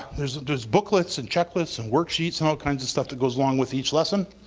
there's there's booklets and checklists and worksheets and all kinds of stuff that goes along with each lesson.